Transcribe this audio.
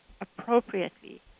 appropriately